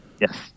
Yes